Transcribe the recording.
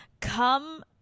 come